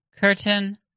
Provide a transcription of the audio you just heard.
curtain